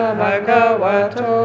magawato